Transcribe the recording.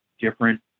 different